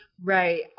right